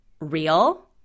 real